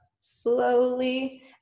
slowly